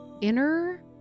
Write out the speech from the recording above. inner